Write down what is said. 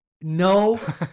No